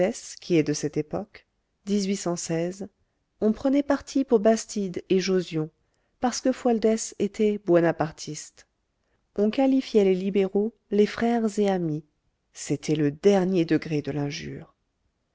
qui est de cette époque on prenait parti pour bastide et jausion parce que fualdès était buonapartiste on qualifiait les libéraux les frères et amis c'était le dernier degré de l'injure